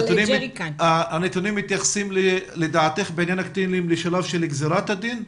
הקטינים מתייחסים לשלב של גזירת הדין?